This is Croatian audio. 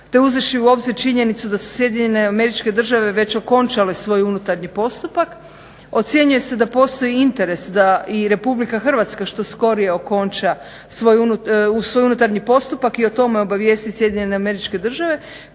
te uzevši u obzir činjenicu da su SAD već okončale svoj unutarnji postupak, ocjenjuje se da postoji interes da i Republika Hrvatska što skorije okonča svoj unutarnji postupak i o tome obavijesti SAD